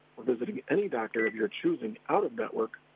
or visiting any doctor of your choosing out of network,